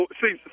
see